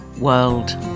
world